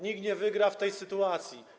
nikt nie wygra w tej sytuacji.